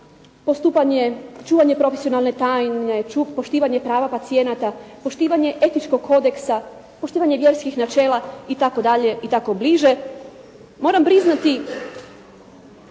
postupanje, čuvanje profesionalne tajne, poštivanje prava pacijenata, poštivanje etičkog kodeksa, poštivanje vjerskih načela itd. itd. i tako bliže.